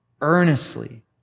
earnestly